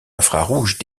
infrarouge